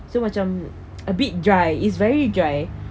so macam a bit dry it's very dry